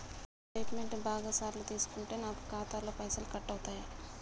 Statement బాగా సార్లు తీసుకుంటే నాకు ఖాతాలో పైసలు కట్ అవుతయా?